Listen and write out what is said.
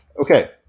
Okay